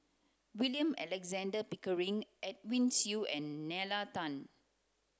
William Alexander Pickering Edwin Siew and Nalla Tan